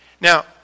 Now